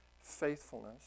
faithfulness